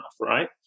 right